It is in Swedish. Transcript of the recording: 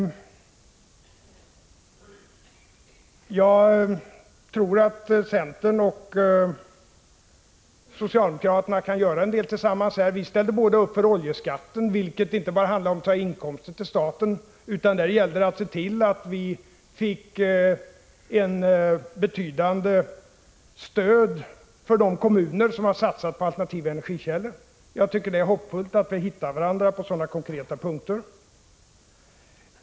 Jag tror att centern och socialdemokraterna här kan göra en del tillsammans. Vi ställde båda upp för oljeskatten, vilket inte bara handlade om att ta in inkomster till staten — där gällde det också att se till att vi fick till stånd ett betydande stöd för de kommuner som satsat på alternativa energikällor. Jag tycker att det är hoppfullt att vi hittar varandra på sådana konkreta punkter.